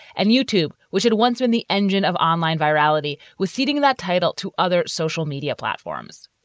and youtube, which had once been the engine of online vitality, was ceding that title to other social media platforms.